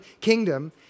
kingdom